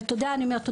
ותודה אני אומרת,